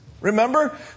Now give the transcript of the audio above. Remember